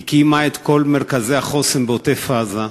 הקימה את כל מרכזי החוסן בעוטף-עזה,